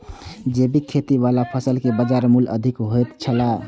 जैविक खेती वाला फसल के बाजार मूल्य अधिक होयत छला